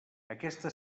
aquesta